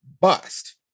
bust